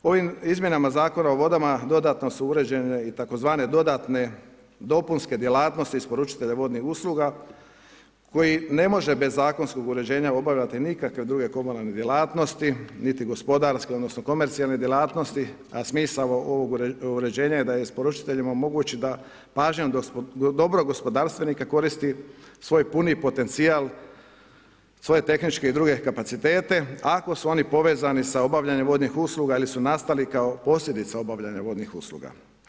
Ovim izmjenama Zakona o vodama dodatno su uređene i tzv. dodatne dopunske djelatnosti isporučitelja vodnih usluga koji ne može bez zakonskog uređenja obavljati nikakve druge komunalne djelatnosti, niti gospodarske odnosno komercijalne djelatnosti, a smisao ovog uređenja je da isporučiteljima omogući da pažnjom dobrog gospodarstvenika koristi svoj puni potencijal, svoje tehničke i druge kapacitete, ako su oni povezani sa obavljanjem vodnih usluga ili nastali kao posljedica obavljanja vodnih usluga.